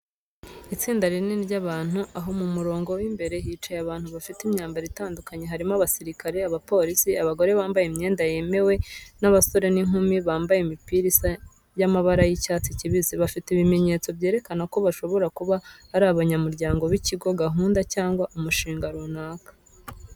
Itsinda rinini ry’abantu aho mu murongo w’imbere bicaye abantu bafite imyambaro itandukanye harimo abasirikare, abapolisi, abagore bambaye imyenda yemewe n’abasore n’inkumi bambaye imipira isa y’amabara y'icyatsi kibisi. bafite ibimenyetso byerekana ko bashobora kuba ari abanyamuryango b’ikigo, gahunda, cyangwa umushinga runaka.